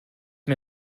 mir